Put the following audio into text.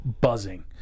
buzzing